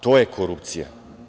To je korupcija.